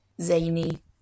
zany